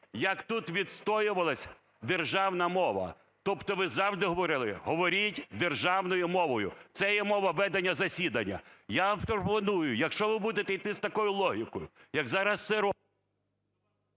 як тут відстоювалася державна мова. Тобто ви завжди говорили: "Говоріть державною мовою. Це є мова ведення засідання". Я вам пропоную, якщо ви будете йти з такою логікою як зараз це…